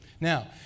Now